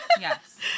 Yes